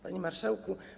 Panie Marszałku!